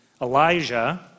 Elijah